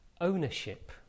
ownership